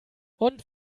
und